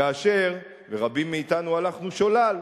כאשר, ורבים מאתנו הלכנו שולל,